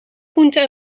groenten